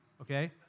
Okay